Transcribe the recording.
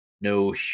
no